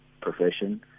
profession